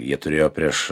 jie turėjo prieš